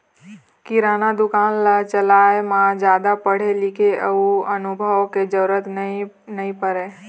किराना दुकान ल चलाए म जादा पढ़े लिखे अउ अनुभव के जरूरत नइ परय